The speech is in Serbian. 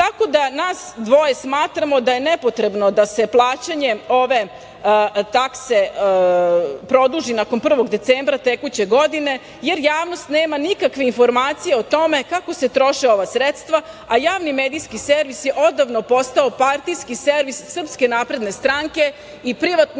da, nas dvoje smatramo da je nepotrebno da se plaćanje ove takse produži nakon 1. decembra tekuće godine, jer javnost nema nikakve informacije o tome kako se troše ova sredstva, a Javni medijski servis je odavno postao partijski servis SNS i privatno